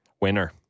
Winner